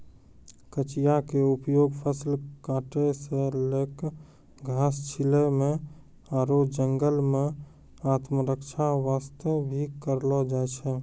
कचिया के उपयोग फसल काटै सॅ लैक घास छीलै म आरो जंगल मॅ आत्मरक्षा वास्तॅ भी करलो जाय छै